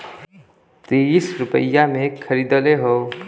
तीस रुपइया मे खरीदले हौ